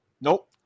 Nope